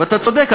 ואתה צודק,